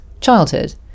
childhood